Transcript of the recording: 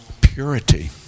purity